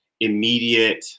immediate